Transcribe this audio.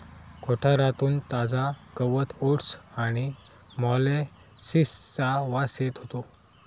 कोठारातून ताजा गवत ओट्स आणि मोलॅसिसचा वास येत होतो